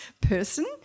person